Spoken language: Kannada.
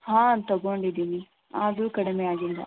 ಹಾಂ ತಗೊಂಡಿದ್ದೀನಿ ಆದರೂ ಕಡಿಮೆ ಆಗಿಲ್ಲ